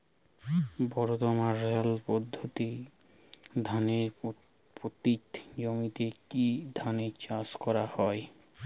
বর্তমানে রিলে পদ্ধতিতে ধানের পতিত জমিতে কী ধরনের চাষ করা হয়?